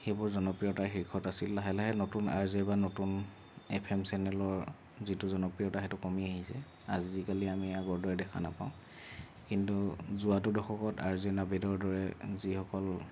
সেইবোৰ জনপ্ৰিয়তাৰ শীৰ্ষত আছিল লাহে লাহে নতুন আৰ জে বা নতুন এফ এম চেনেলৰ যিটো জনপ্ৰিয়তা সেইটো কমি আহিছে আজিকালি আমি আগৰ দৰে দেখা নাপাওঁ কিন্তু যোৱাটো দশকত আৰ জে নাবিদৰ দৰে যিসকল